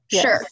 Sure